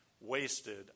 wasted